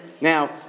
Now